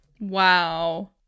wow